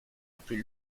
plus